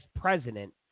president